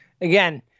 again